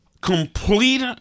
complete